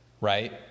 right